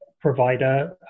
provider